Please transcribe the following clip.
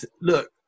look